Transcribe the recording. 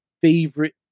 favorite